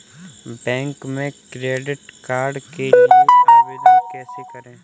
Bank में credit card के लिए आवेदन कैसे करें?